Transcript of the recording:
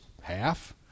half